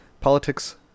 Politics